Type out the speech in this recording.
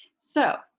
so,